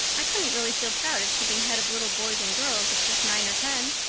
i couldn't really feel proud of keeping head of little boys and girls of just nine or ten.